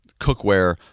cookware